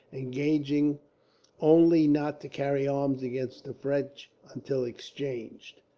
engaging only not to carry arms against the french until exchanged.